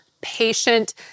patient